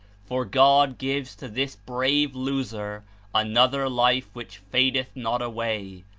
for god gives to this brave loser another life which fadeth not away,